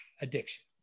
addiction